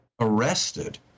arrested